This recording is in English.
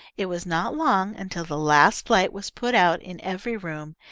it was not long until the last light was put out in every room,